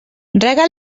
rega